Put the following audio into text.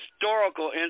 historical